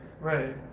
right